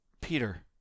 Peter